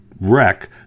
wreck